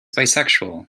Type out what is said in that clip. bisexual